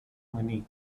money